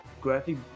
graphic